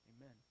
amen